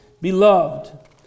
Beloved